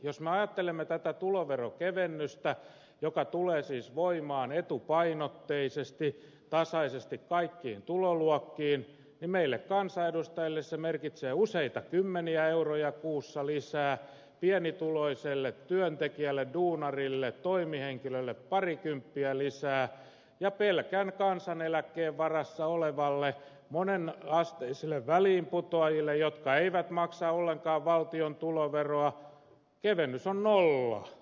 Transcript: jos me ajattelemme tätä tuloveronkevennystä joka tulee siis voimaan etupainotteisesti tasaisesti kaikkiin tuloluokkiin niin meille kansanedustajille se merkitsee useita kymmeniä euroja kuussa lisää pienituloiselle työntekijälle duunarille toimihenkilölle parikymppiä lisää ja pelkän kansaneläkkeen varassa olevalle monen asteisille väliinputoajille jotka eivät maksa ollenkaan valtion tuloveroa kevennys on nolla